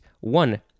One